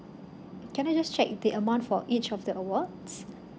can I just check the amount for each of the awards